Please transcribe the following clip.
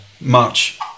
March